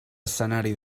escenari